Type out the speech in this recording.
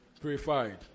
Purified